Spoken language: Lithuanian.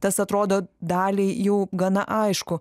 tas atrodo daliai jau gana aišku